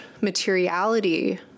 materiality